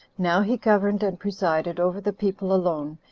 now he governed and presided over the people alone,